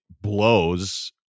blows